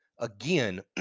Again